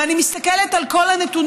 ואני מסתכלת על כל הנתונים,